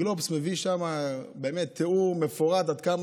גלובס מביא שם תיאור מפורט עד כמה